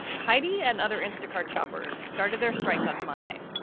heidi and other instacart shoppers started their strike on monday,